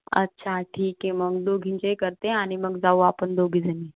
अच्छा ठीक आहे मग दोघींचे ही करते आणि मग जाऊ आपण दोघीजणी